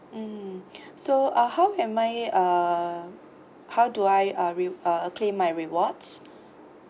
mm so uh how am I uh how do I uh uh claim my rewards